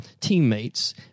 teammates